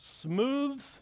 Smooths